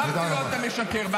אמרתי לו: אתה משקר -- תודה רבה.